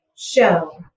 show